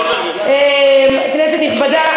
כנסת נכבדה,